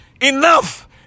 Enough